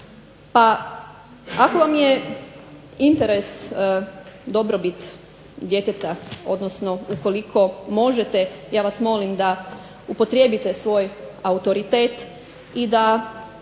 Pa ako vam je interes dobrobit djeteta odnosno ukoliko možete ja vas molim da upotrijebite svoj autoritet i da